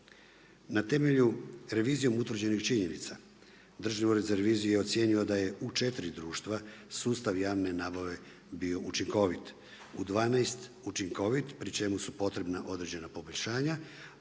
Na temelju revizijom utvrđenih činjenica, Državna revizija ocijenila je da je u 4 društva sustav javne nabave bio učinkovit. U 12 učinkovit, pri čemu su potrebna određena poboljšanja,